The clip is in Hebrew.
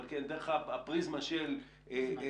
אבל כן דרך הפריזמה של הבריאות.